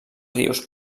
rius